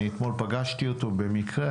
אני אתמול פגשתי אותו במקרה,